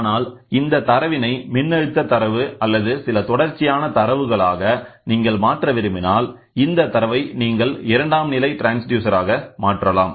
ஆனால் இந்த தரவினை மின்னழுத்த தரவு அல்லது சில தொடர்ச்சியான தரவுகளாக நீங்கள் மாற்ற விரும்பினால் இந்த தரவை நீங்கள் இரண்டாம்நிலை ட்ரான்ஸ்டியூசர் ஆக மாற்றலாம்